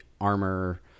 armor